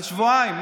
על שבועיים.